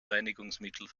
reinigungsmittel